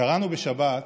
קראנו בשבת,